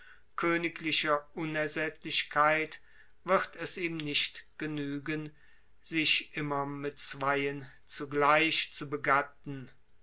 königlicher unersättlichkeit wird es ihm nicht genügen sich immer mit zweien zugleich zu begatten